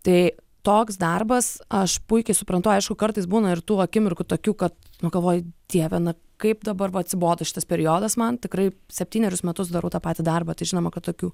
tai toks darbas aš puikiai suprantu aišku kartais būna ir tų akimirkų tokių kad nu galvoju dieve na kaip dabar va atsibodo šitas periodas man tikrai septynerius metus darau tą patį darbą tai žinoma kad tokių